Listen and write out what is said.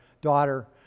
daughter